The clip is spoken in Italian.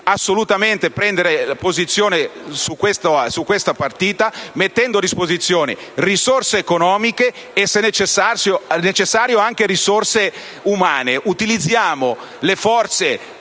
assolutamente posizione su questa partita, mettendo a disposizione risorse economiche e, se necessario, anche risorse umane. Utilizziamo dunque